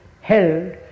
held